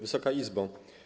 Wysoka Izbo!